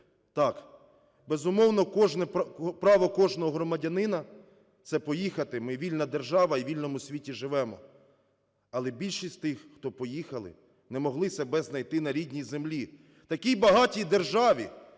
Так, безумовно, право кожного громадянина – це поїхати. Ми – вільна держава і у вільному світі живемо. Але більшість із тих, хто поїхали, не могли себе знайти на рідній землі, в такій багатій державі,